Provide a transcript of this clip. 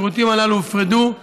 השירותים הללו הופרדו.